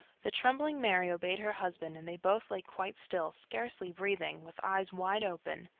the trembling mary obeyed her husband, and they both lay quite still, scarcely breathing, with eyes wide open.